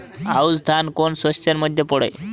আউশ ধান কোন শস্যের মধ্যে পড়ে?